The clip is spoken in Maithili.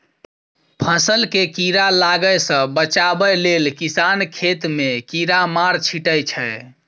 फसल केँ कीड़ा लागय सँ बचाबय लेल किसान खेत मे कीरामार छीटय छै